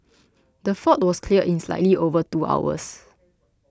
the fault was cleared in slightly over two hours